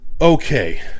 Okay